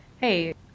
hey